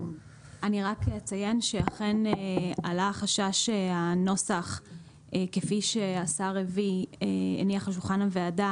אני רק אציין שאכן עלה חשש שהנוסח כפי שהשר הניח על שולחן הוועדה